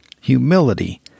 humility